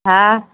हा